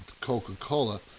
coca-cola